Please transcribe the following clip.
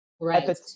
Right